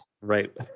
Right